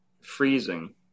freezing